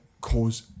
cause